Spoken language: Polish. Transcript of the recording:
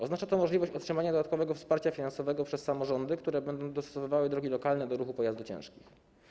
Oznacza to możliwość otrzymania dodatkowego wsparcia finansowego przez samorządy, które będą dostosowywały drogi lokalne do ruchu pojazdów ciężkich.